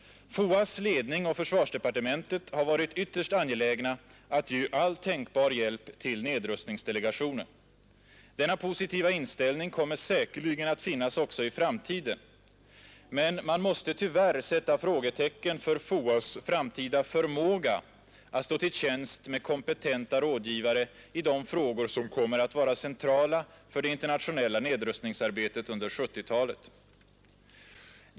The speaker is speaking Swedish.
FOA :s ledning och försvarsdepartementet har varit ytterst angelägna att ge all tänkbar hjälp till nedrustningsdelegationen. Denna positiva inställning kommer säkerligen att finnas också i framtiden, men man måste tyvärr sätta frågetecken för FOA:s framtida förmåga att stå till tjänst med kompetenta rådgivare i de frågor som kommer att vara centrala för det internationella nedrustningsarbetet under 1970-talet.